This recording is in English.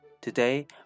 Today